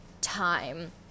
time